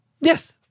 Yes